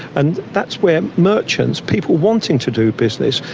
and that's where merchants, people wanting to do business,